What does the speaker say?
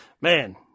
man